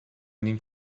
نیم